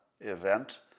event